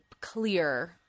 clear